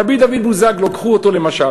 רבי דוד בוזגלו, קחו אותו למשל.